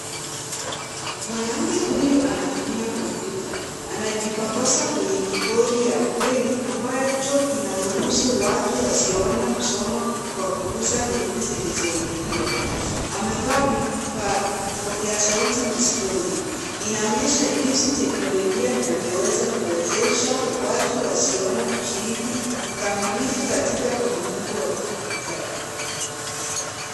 Mwanamke huyu anatumia kumpyuta. Anajipapasa kwenye kibodi ya breli ambacho kinaruhusu watu wasioona kusoma kwa kugusa herufi zilizoinuliwa. Amevaa vipokea sauti masikioni. Inaonyesha jinsi teknolojia inavyoweza kuwezesha watu wasioona kushiriki kikamilifu katika ulimwengu wa kidijitali.